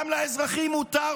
גם לאזרחים מותר,